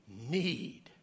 need